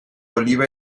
oliva